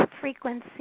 frequency